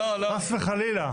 חס וחלילה.